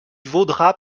vaudra